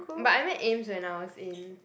but I meet Ames when I was in